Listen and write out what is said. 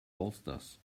bolsters